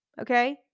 Okay